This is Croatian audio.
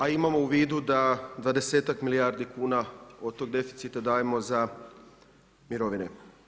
A imamo u vidu da dvadesetak milijardi kuna od tog deficita dajemo za mirovine.